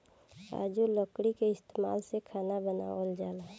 आजो लकड़ी के इस्तमाल से खाना बनावल जाला